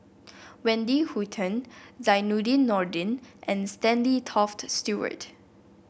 Wendy Hutton Zainudin Nordin and Stanley Toft Stewart